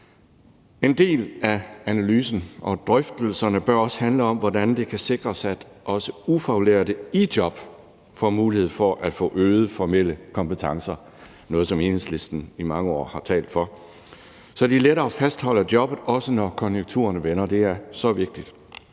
En del af analysen og drøftelserne bør også handle om, hvordan det kan sikres, at også ufaglærte i job får mulighed for at få øgede formelle kompetencer – noget, som Enhedslisten i mange år har talt for – så det er lettere at fastholde jobbet, også når konjunkturerne vender. Det er så vigtigt.